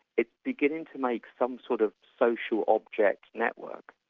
it's beginning to make some sort of social object network.